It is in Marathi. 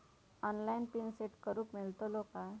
ऑनलाइन पिन सेट करूक मेलतलो काय?